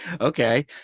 Okay